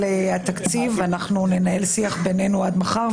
התקציב אנחנו ננהל שיח בינינו עד מחר,